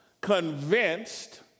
convinced